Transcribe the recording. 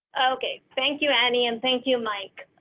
okay, thank you, annie. and thank you, mike.